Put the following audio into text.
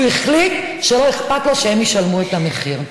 הוא החליט שלא אכפת לו שהם ישלמו את המחיר.